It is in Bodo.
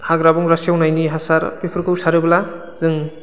हाग्रा बंग्रा सेवनायनि हासार बेफोरखौ सारोब्ला जों